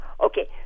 Okay